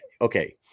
okay